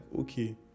okay